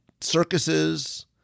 Circuses